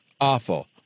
awful